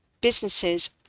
businesses